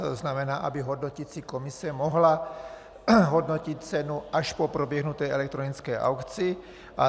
To znamená, aby hodnoticí komise mohla hodnotit cenu až po proběhnuté elektronické aukci.